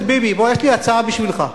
ביבי, יש לי הצעה בשבילך.